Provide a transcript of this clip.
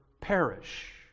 perish